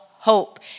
Hope